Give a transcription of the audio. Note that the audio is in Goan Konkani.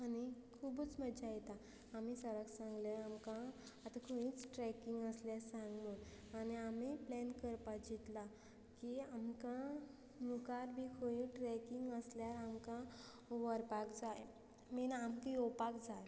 आनीक खुबूच मजा येता आमी सराक सांगले आमकां आतां खंयच ट्रॅकींग आसल्यार सांग म्हण आनी आमी प्लॅन करपा चिंतला की आमकां मुखार बी खंयूय ट्रॅकींग आसल्यार आमकां व्हरपाक जाय मेन आमकां येवपाक जाय